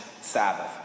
Sabbath